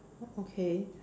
okay